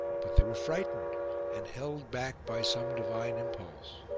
but they were frightened and held back by some divine impulse,